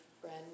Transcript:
friend